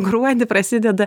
gruodį prasideda